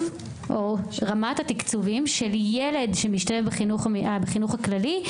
או רמת התקצובים של ילד שמשתלב בחינוך הכללי,